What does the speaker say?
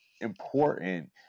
important